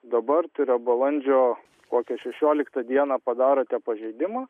dabar tai yra balandžio kokią šešioliktą dieną padarote pažeidimą